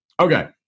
Okay